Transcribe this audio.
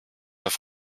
auf